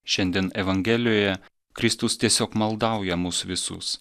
šiandien evangelijoje kristus tiesiog maldauja mus visus